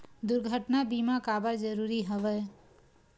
दुर्घटना बीमा काबर जरूरी हवय?